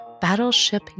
Battleship